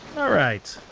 alright.